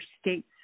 states